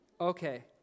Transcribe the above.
Okay